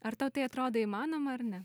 ar tau tai atrodo įmanoma ar ne